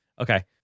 Okay